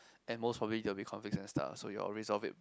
and most probably there will be conflicts and stuff you all resolve it